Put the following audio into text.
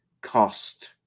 cost